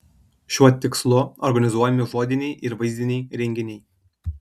šiuo tikslu organizuojami žodiniai ir vaizdiniai renginiai